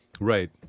Right